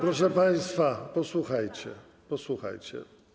Proszę państwa, posłuchajcie, posłuchajcie.